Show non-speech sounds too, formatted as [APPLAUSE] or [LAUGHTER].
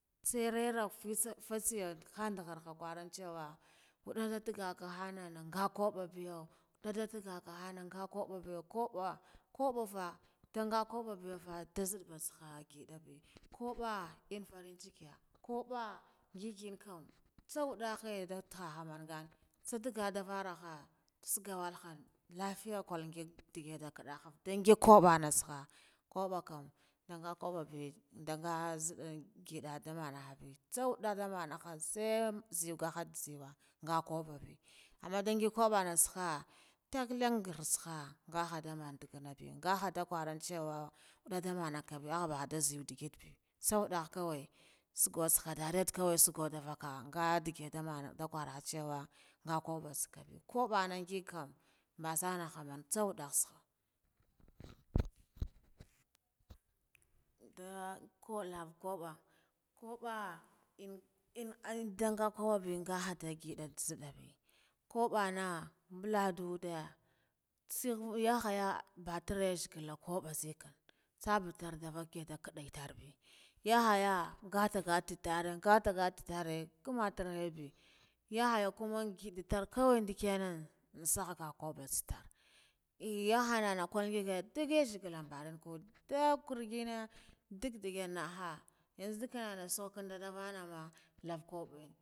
Tserera fitsa fatseya kam kha ndakhor ka kuran ciwa wldo taggakan hona nga kubba biyu wu dalda tagga kon hanu nga kubba biyu nkubba kubbaya tangu kubba biyafa nda nzidda ba ngihabe kubba, in farincikiya kubba ngige kam tsa waddoye nda thaha mangan tsadagahan varahe saggawal hon lafiya kalfin ndigidu kuddaha nda ngig kubbana tsaka, kubba kam nda nga kubba be nga nziddon ngida nda manahan be tsawuda manaha sai zega hadzegu nga kubba be, amman nda ngig kubbanan tsahe takilan ghar tsaka ngaba daman dagganabiya ngaha nda kuran ciwa wuddu mananka be ah da ba nzidda be tsa wuddah kawai, sagga tsaka doreted kawai sugganda kaha ngadite damana da karaha ciwa nga, kubba tsaka be kubbana ngigkam mbasanahaman tsa wuddah nda ka lava kabba kabba in in ai ndanga kubba be ngidan nzidda be kubbana mbuladide thive yakhaya butar re yazigala kubba nzikan tsabu torta daid tarbe yakhaga ngate ngate tare ngana tore be yakhaya kama ngidatar kawai ngida yane ntsabu kubba tsetar, eh yahanana kul ngig yazegala barankun nda kurgina ndag digina naha yanza nana sukkande naha hana [UNINTELLIGIBLE]